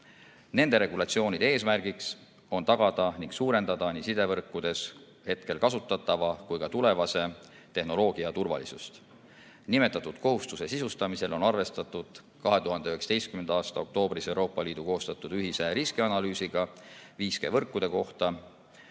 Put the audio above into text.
Nende regulatsioonide eesmärk on tagada nii sidevõrkudes hetkel kasutatava kui ka tulevase tehnoloogia turvalisus ja seda suurendada. Nimetatud kohustuse sisustamisel on arvestatud 2019. aasta oktoobris Euroopa Liidu koostatud ühise riskianalüüsiga 5G‑võrkude kohta,